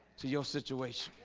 to your situation